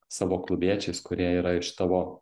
savo klubiečiais kurie yra iš tavo